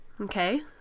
okay